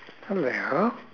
hello